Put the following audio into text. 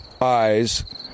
eyes